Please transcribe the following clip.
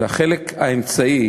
והחלק האמצעי,